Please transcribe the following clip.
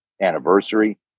anniversary